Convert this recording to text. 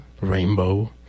Rainbow